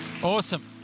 Awesome